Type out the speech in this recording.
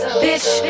bitch